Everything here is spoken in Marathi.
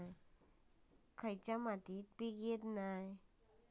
खयच्या मातीत पीक येत नाय?